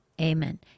Amen